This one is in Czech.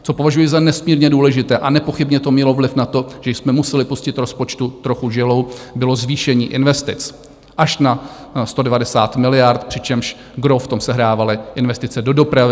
Co považuji za nesmírně důležité a nepochybně to mělo vliv na to, že jsme museli pustit rozpočtu trochu žilou, bylo zvýšení investic až na 190 miliard, přičemž gros v tom sehrávaly investice do dopravy.